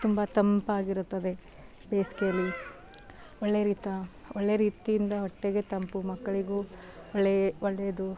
ತುಂಬ ತಂಪಾಗಿರುತ್ತದೆ ಬೇಸಿಗೆಲಿ ಒಳ್ಳೆಯ ರೀತಿ ಒಳ್ಳೆಯ ರೀತಿಯಿಂದ ಹೊಟ್ಟೆಗೆ ತಂಪು ಮಕ್ಕಳಿಗೂ ಒಳ್ಳೆಯ ಒಳ್ಳೆಯದು